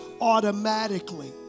automatically